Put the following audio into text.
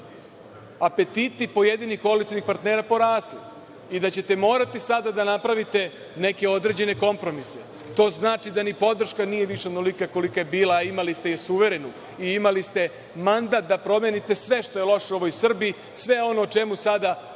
apetiti pojedinih koalicionih partnera porasli i da ćete morati sada da napravite neke određene kompromise. To znači da ni podrška nije više onolika kolika je bila, a imali ste je suverenu i imali ste mandat da promenite sve što loše u ovoj Srbiji, sve ono o čemu sada govori